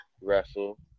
wrestle